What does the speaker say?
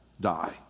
die